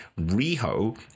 riho